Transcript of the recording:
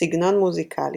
סגנון מוזיקלי